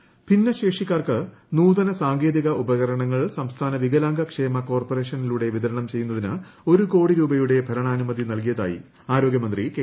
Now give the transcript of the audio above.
ശൈലജ ഭിന്നശേഷിക്കാർക്ക് നൂതന സാങ്കേതിക ഉപകരണങ്ങൾ സംസ്ഥാന വികലാംഗ ക്ഷേമ കോർപറേഷനിലൂടെ വിതരണം ചെയ്യുന്നതിന് ഒരു കോടി രൂപയുടെ ഭരണാനുമതി നൽകിയ തായി ആരോഗ്യ മന്ത്രി കെ